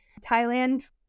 Thailand